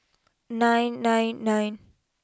nine nine nine